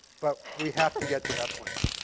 but we have to get to that point.